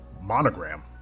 monogram